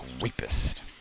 rapist